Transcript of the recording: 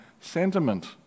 sentiment